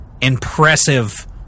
impressive